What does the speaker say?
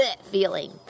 feeling